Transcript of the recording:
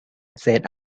said